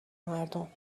مردم